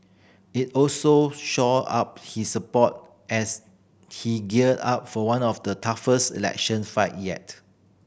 it also shore up he support as he gear up for one of his toughest election fight yet